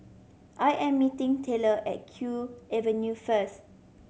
I am meeting Tayler at Kew Avenue first